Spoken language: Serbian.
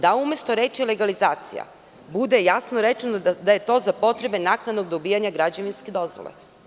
Da umesto reči „legalizacija“ bude jasno rečeno da je to za potrebe naknadnog dobijanja građevinske dozvole.